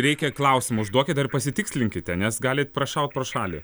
reikia klausimą užduokite ir pasitikslinkite nes galit prašaut pro šalį